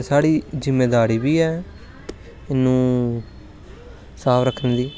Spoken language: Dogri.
ते साढ़ी जिम्मेदारी बी ऐ इन्नू साफ रक्खने दी